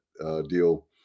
deal